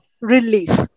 relief